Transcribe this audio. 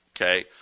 okay